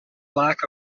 lack